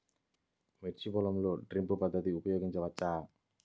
మిర్చి పొలంలో డ్రిప్ పద్ధతిని ఉపయోగించవచ్చా?